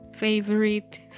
favorite